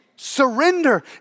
surrender